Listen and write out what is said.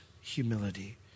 humility